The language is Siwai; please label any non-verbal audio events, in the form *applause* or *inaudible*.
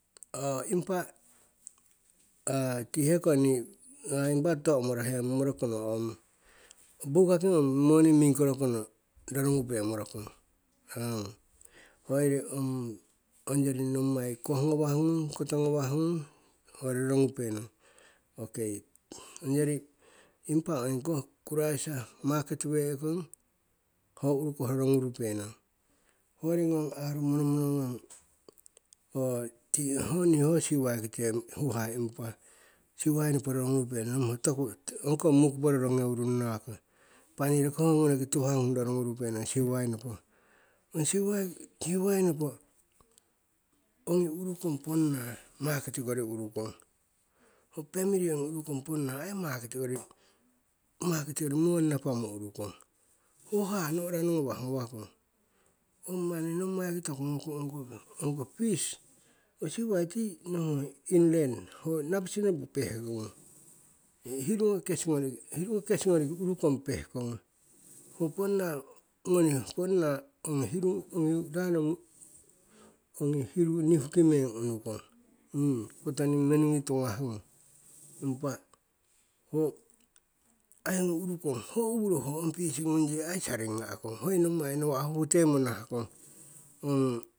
*hesitation* impa *hesitation* tiheko to'morohe ngomorokono ong bukaki ong moni mingkorokono rorongupe morokong onyori nommai koh ngawah ngung, koto ngawah ngung, ho rorongupe nong. Okei ongyori impa ongkoh kuraisa market we'kong ho urukoh rorogurupenong. Hoyori ngong arung monomonoru ngong ho ti niho siuwai kite huhah impa siuwai nopo roronguru penong nohumo ongkoh mukopo rorongeu rungnago impa ni rokiho ngonoki tuhah ngung rorongurupenong siuwainopo. Ong siuwainopo ongi urukong market kori urukong, ho famili ponna ongi urukong ai ho market koriko moni napamo urukong. Owo siuwai ti nohu ngong inland ho nabisi nopo pehkongu, ho hirungo kes hirungo kesing ngoriki urukong pehkongu noni ponna ongi hiru nihuki meng unukong kotoning menuki tungah ngung. Impa ho ongi urukong ho ai ong pisi ngung yi saringa'kong, hoi nommai nawa' huhtemmo nahakong *hesitation*